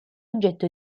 oggetto